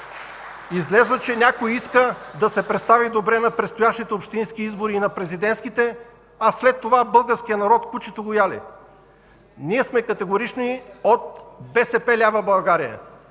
Излиза, че някой иска да се представи добре на предстоящите общински избори и на президентските, а след това българския народ кучета го яли! От „БСП лява България”